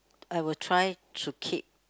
I will try to keep